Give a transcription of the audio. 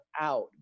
out